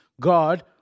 God